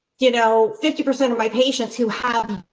you know fifty percent of my patients who have